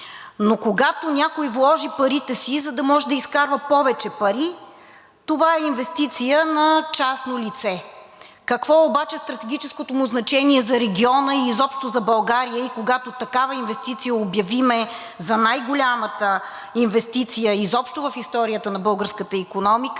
Но когато някой вложи парите си, за да може да изкарва повече пари, това е инвестиция на частно лице. Какво обаче е стратегическото му значение за региона и изобщо за България и когато такава инвестиция обявим за най-голямата инвестиция изобщо в историята на българската икономика,